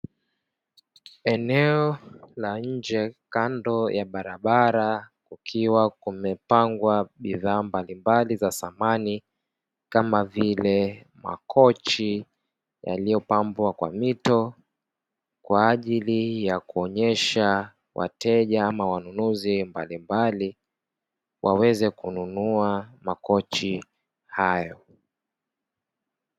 Eneo la nje kando ya barabara kukiwa kumepangwa bidhaa mbalimbali za samani kama vile makochi, yaliyopambwa kwa mito kwa ajili ya kuonyesha wateja ama wanunuzi mbalimbali waweze kununua makochi hayo.